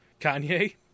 Kanye